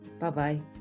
Bye-bye